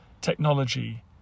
technology